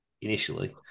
initially